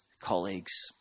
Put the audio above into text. colleagues